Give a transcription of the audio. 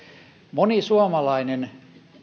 moni suomalainen